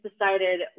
decided